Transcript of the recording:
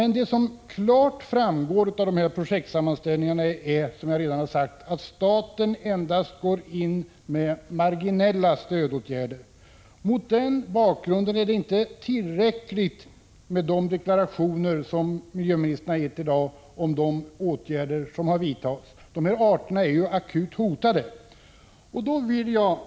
Vad som klart framgår av projektsammanställningarna är, som jag redan sagt, att staten endast går in med marginella stödåtgärder. Mot den bakgrunden är det inte tillräckligt med de deklarationer miljöministern har gett i dag om de åtgärder som vidtagits. De här arterna är ju akut hotade!